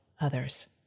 others